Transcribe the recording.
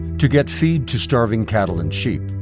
to get feed to starving cattle and sheep,